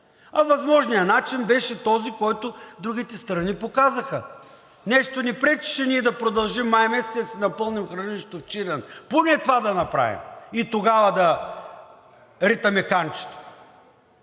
А възможният начин беше този, който другите страни показаха. Нищо не ни пречеше ние да продължим май месец и да си напълним хранилището в Чирен! Поне това да направим и тогава да ритаме канчето,